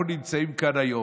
אנחנו נמצאים כאן היום,